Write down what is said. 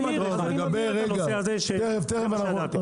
אחת.